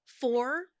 four